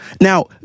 Now